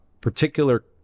particular